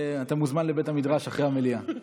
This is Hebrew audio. אתה מוזמן לבית המדרש אחרי המליאה.